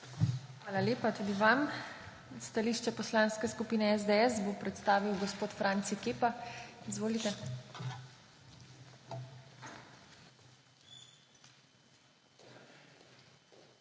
Hvala lepa tudi vam. Stališče Poslanske skupine SDS bo predstavil gospod Marijan Pojbič. Izvolite.